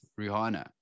Rihanna